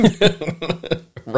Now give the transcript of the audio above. Right